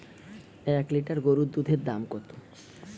এক লিটার গোরুর দুধের দাম কত?